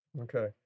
Okay